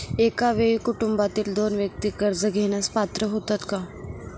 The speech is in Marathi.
एका वेळी कुटुंबातील दोन व्यक्ती कर्ज घेण्यास पात्र होतात का?